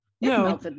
No